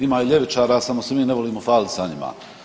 Ima i ljevičara samo se mi ne volimo falit sa njima.